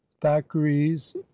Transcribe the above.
Thackeray's